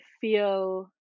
feel